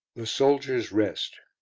the soldiers' rest